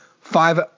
five